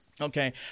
okay